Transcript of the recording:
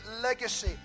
legacy